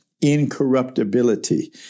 incorruptibility